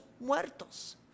muertos